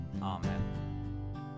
Amen